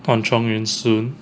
on chong yun soon